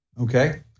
Okay